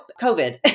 COVID